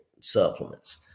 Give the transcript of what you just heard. supplements